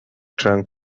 trunk